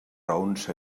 raons